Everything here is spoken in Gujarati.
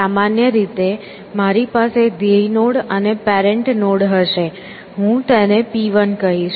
સામાન્ય રીતે મારી પાસે ધ્યેય નોડ અને પેરેંટ નોડ હશે હું તેને P1 કહીશ